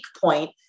point